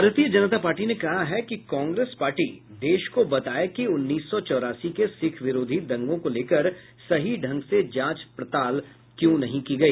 भारतीय जनता पार्टी ने कहा है कि कांग्रेस पार्टी देश को बताए कि उन्नीस सौ चौरासी के सिख विरोधी दंगों को लेकर सही ढंग से जांच पड़ताल क्यों नहीं की गई